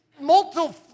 multiple